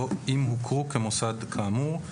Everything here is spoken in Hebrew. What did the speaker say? אם הוכרו כמוסד כאמור,